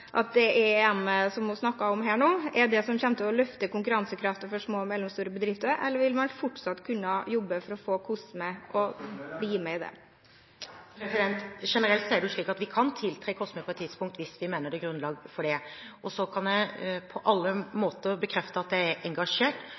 det som hun snakket om her nå, er det som kommer til å løfte konkurransekraften for små og mellomstore bedrifter, eller vil man fortsatt kunne jobbe for å få COSME til å bli med i det? Generelt er det jo slik at vi kan tiltre COSME på et tidspunkt, hvis vi mener det er grunnlag for det. Så kan jeg på alle måter bekrefte at jeg er engasjert,